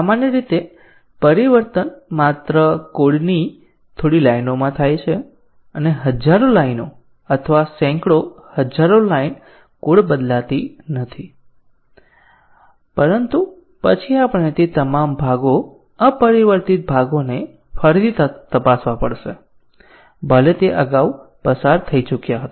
સામાન્ય રીતે પરિવર્તન માત્ર કોડની થોડી લાઇનોમાં થાય છે અને હજારો લાઇન અથવા સેંકડો હજારો લાઇન કોડ બદલાતી નથી પરંતુ પછી આપણે તે તમામ ભાગો અપરિવર્તિત ભાગોને ફરીથી તપાસવા પડશે ભલે તે અગાઉ પસાર થઈ ચૂક્યા હતા